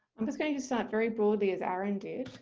i'm just going to start very broadly as aaron did